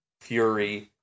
Fury